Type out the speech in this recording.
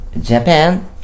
Japan